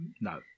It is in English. No